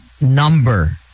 number